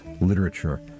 literature